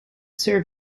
serve